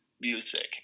music